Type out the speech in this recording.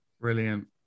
brilliant